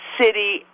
city